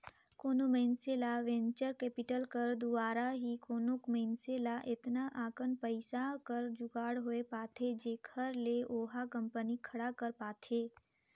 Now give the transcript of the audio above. कोनो मइनसे ल वेंचर कैपिटल कर दुवारा ही कोनो मइनसे ल एतना अकन पइसा कर जुगाड़ होए पाथे जेखर ले ओहा कंपनी खड़ा कर पाथे